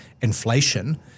inflation